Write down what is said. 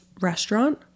restaurant